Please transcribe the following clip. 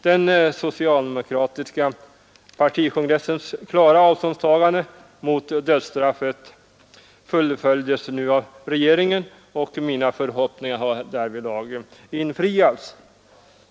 Den socialdemokratiska partikongressens klara avståndstagande från dödsstraffet fullföljs nu av regeringen, och mina förhoppningar har därmed infriats.